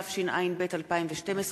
התשע"ב 2012,